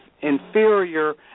inferior